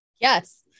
Yes